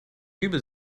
dübel